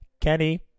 Kenny